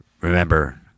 Remember